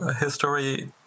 history